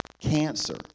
cancer